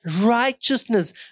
righteousness